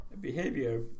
behavior